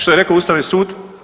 Što je rekao Ustavni sud?